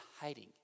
hiding